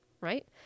right